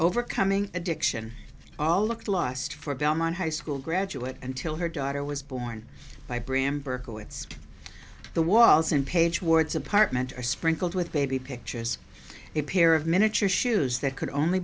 overcoming addiction all looked lost for belmont high school graduate until her daughter was born by bram berkowitz the walls and page words apartment sprinkled with baby pictures a pair of miniature shoes that could only